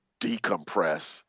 decompress